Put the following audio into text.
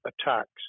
attacks